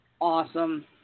awesome